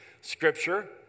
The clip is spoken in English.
Scripture